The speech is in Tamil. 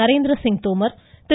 நரேந்திரசிங் தோமர் திரு